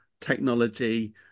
technology